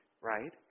right